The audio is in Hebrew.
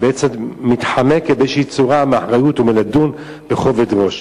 בעצם מתחמקת באיזו צורה מאחריות ומלדון בכובד ראש.